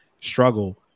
struggle